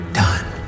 done